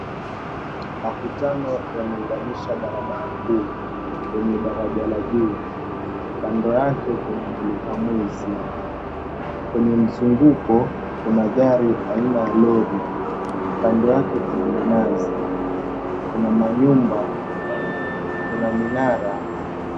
Makutano yameunganisha barabara huu yenye daraja la juu. Kando yake kuna mulika mwizi. Kwenye mzunguko kuna gari aina lori, kando yake kuna minazi, kuna manyumba, kuna minara .